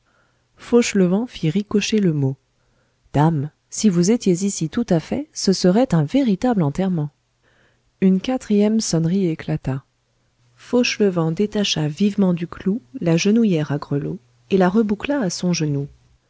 fauchelevent fit ricocher le mot dame si vous étiez ici tout à fait ce serait un véritable enterrement une quatrième sonnerie éclata fauchelevent détacha vivement du clou la genouillère à grelot et la reboucla à son genou